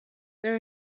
there